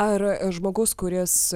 ar žmogaus kuris